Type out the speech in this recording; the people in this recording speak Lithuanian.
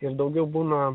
ir daugiau būna